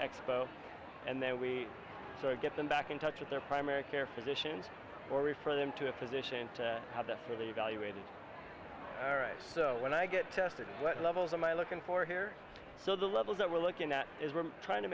expo and then we get them back in touch with their primary care physicians or refer them to a physician to have the full evaluated all right so when i get tested what levels am i looking for here so the level that we're looking at is we're trying to